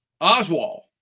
Oswald